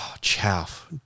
chaff